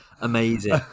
Amazing